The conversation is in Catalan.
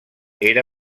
era